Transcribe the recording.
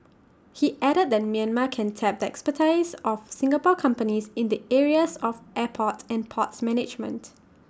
he added that Myanmar can tap the expertise of Singapore companies in the areas of airport and port management